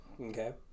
Okay